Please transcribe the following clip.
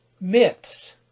Myths